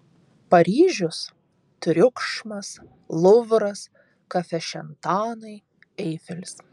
paryžius triukšmas luvras kafešantanai eifelis